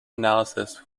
analyses